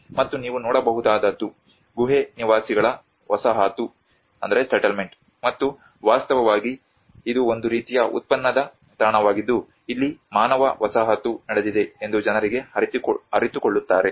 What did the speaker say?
ಮತ್ತು ನೀವು ನೋಡಬಹುದಾದದ್ದು ಗುಹೆ ನಿವಾಸಿಗಳ ವಸಾಹತು ಮತ್ತು ವಾಸ್ತವವಾಗಿ ಇದು ಒಂದು ರೀತಿಯ ಉತ್ಖನದ ತಾಣವಾಗಿದ್ದು ಇಲ್ಲಿ ಮಾನವ ವಸಾಹತು ನಡೆದಿದೆ ಎಂದು ಜನರು ಅರಿತುಕೊಳ್ಳುತ್ತಾರೆ